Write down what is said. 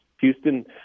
Houston